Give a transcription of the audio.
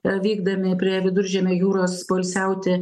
vykdami prie viduržemio jūros poilsiauti